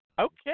Okay